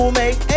make